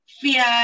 fear